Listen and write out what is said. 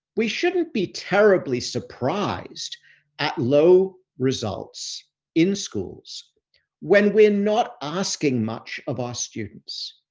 we shouldn't be terribly surprised at low results in schools when we're not asking much of our students.